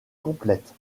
complètes